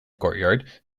courtyard